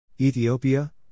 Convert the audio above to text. Ethiopia